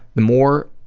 the more